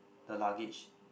the luggage